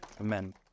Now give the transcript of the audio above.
Amen